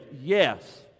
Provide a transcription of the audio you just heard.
Yes